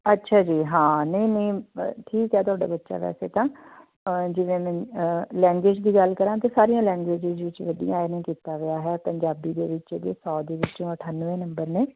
ਅੱਛਾ ਜੀ ਹਾਂ ਨਹੀਂ ਨਹੀਂ ਮ ਠੀਕ ਹੈ ਤੁਹਾਡਾ ਬੱਚਾ ਵੈਸੇ ਤਾਂ ਜਿਵੇਂ ਮੈਂ ਲੈਂਗੁਏਜ ਦੀ ਗੱਲ ਕਰਾਂ ਤਾਂ ਸਾਰੀਆਂ ਲੈਂਗੁਏਜ ਦੇ ਵਿੱਚ ਵਧੀਆ ਇਹਨੇ ਕੀਤਾ ਹੋਇਆ ਹੈ ਪੰਜਾਬੀ ਦੇ ਵਿੱਚ ਇਹਦੇ ਸੌ ਦੇ ਵਿੱਚੋਂ ਅਠਾਨਵੇਂ ਨੰਬਰ ਨੇ